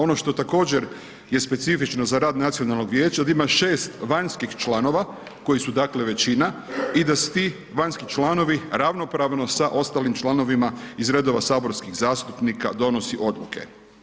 Ono što također je specifično za rad Nacionalnog vijeća je da ima 6 vanjskih članova koji su dakle većina i da svi ti članovi ravnopravno sa ostalim članovima iz redova saborskih zastupnika donosi odluke.